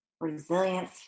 resilience